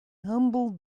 humble